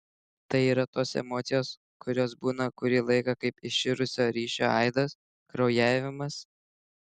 tai yra tos emocijos kurios būna kurį laiką kaip iširusio ryšio aidas kraujavimas